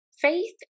Faith